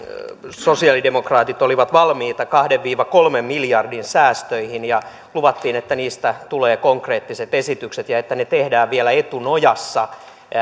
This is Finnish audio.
sosialidemokraatit olivat valmiita kahden viiva kolmen miljardin säästöihin ja luvattiin että niistä tulee konkreettiset esitykset ja että ne tehdään vielä etunojassa